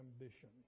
ambition